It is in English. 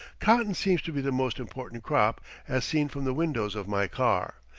cotton seems to be the most important crop as seen from the windows of my car,